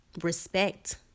respect